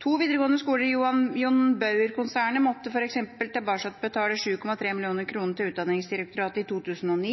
To videregående skoler i John Bauer-konsernet måtte f.eks. tilbakebetale 7,3 mill. kr til Utdanningsdirektoratet i 2009,